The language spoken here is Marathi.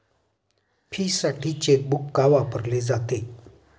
फीसाठी चेकबुक का वापरले जाते?